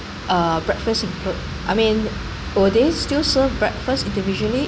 uh breakfast include I mean will they still serve breakfast individually